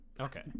Okay